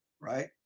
right